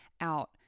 out